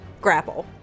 grapple